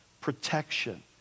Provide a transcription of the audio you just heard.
protection